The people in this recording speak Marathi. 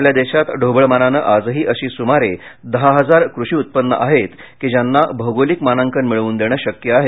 आपल्या देशात ढोबळमानाने आजही अशी सुमारे दहा हजार कृषी उत्पन्न आहेत की ज्यांना भौगोलिक मानांकन मिळवून देण शक्य आहे